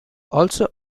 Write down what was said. also